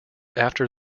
after